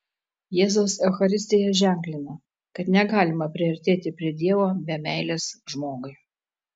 jėzaus eucharistija ženklina kad negalima priartėti prie dievo be meilės žmogui